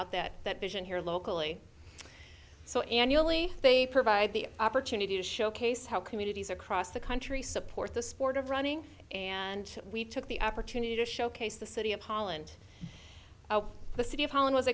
out that that vision here locally so annually they provide the opportunity to showcase how communities across the country support the sport of running and we took the opportunity to showcase the city of holland the city of holland was